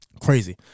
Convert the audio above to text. Crazy